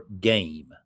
game